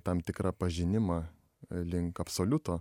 tam tikrą pažinimą link absoliuto